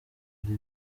kuri